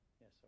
Yes